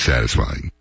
Satisfying